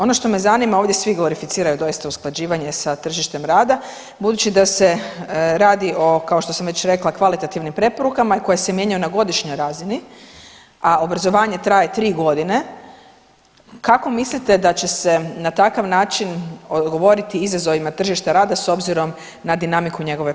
Ono što me zanima ovdje svi glorificiraju doista usklađivanje sa tržištem rada budući da se radi o kao što sam već rekla kvalitativnim preporukama koje se mijenjaju na godišnjoj razini, a obrazovanje traje tri godine kako mislite da će se na takav način odgovoriti izazovima tržišta rada s obzirom na dinamiku njegove promjene?